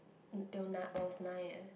til n~ I was nine eh